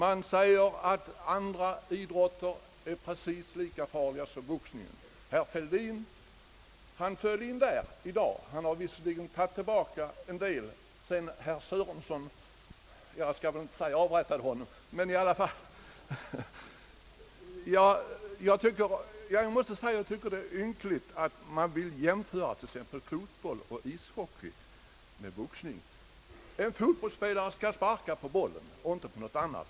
De säger att andra idrotter är precis lika farliga som boxningen. Herr Fälldin föll in där i dag. Han har visserligen tagit tillbaka en del sedan herr Sörenson — jag skall kanske inte säga — avrättade honom. Jag tycker det är ynkligt att man vill jämföra t.ex. fotboll och ishockey med boxning. En fotbollsspelare skall sparka på bollen och inte på något annat.